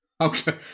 Okay